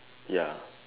ya